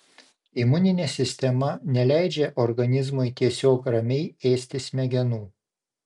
imuninė sistema neleidžia organizmui tiesiog ramiai ėsti smegenų